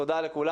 תודה לכולם.